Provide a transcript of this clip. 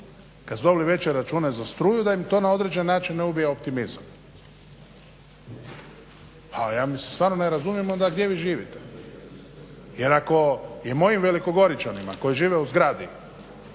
kad su dobili veće račune za struju da im to na određen način ne ubija optimizam. Pa ja stvarno ne razumijem onda gdje vi živite. Jer ako je mojim Velikogoričanima koji žive u zgradi